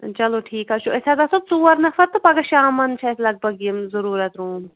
چَلو ٹھیٖک حظ چھُ أسۍ حظ آسٕو ژوٚر نفر تہٕ پگہہ شامَن چھُ اسہِ لگ بگ یِم ضروٗرَت روٗم